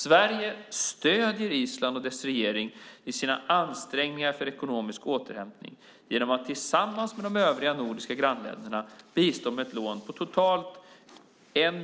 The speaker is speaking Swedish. Sverige stöder Island och dess regering i deras ansträngningar för ekonomisk återhämtning genom att tillsammans med övriga nordiska grannländer bistå med lån på totalt 1